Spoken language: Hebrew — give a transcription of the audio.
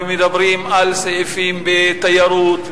ומדברים על סעיפים בתיירות,